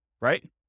right